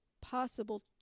possible